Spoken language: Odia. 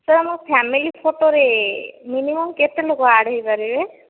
ସାର୍ ଆମ ଫାମିଲି ଫଟୋ ରେ ମିନିମମ କେତେ ଲୋକ ଆଡ଼ ହୋଇ ପାରିବେ